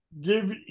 give